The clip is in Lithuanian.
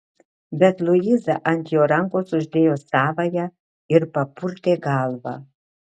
bet luiza ant jo rankos uždėjo savąją ir papurtė galvą